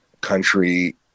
country